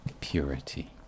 purity